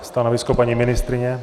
Stanovisko paní ministryně?